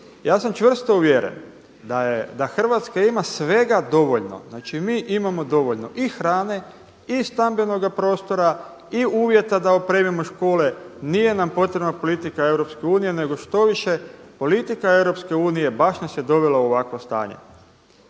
Ja sam čvrsto uvjeren da Hrvatska ima svega dovoljno, znači mi imamo dovoljno i hrane i stambenoga prostora i uvjeta da opremimo škole. Nije nam potrebna politika EU nego štoviše politika EU baš nas je dovela u ovakvo stanje.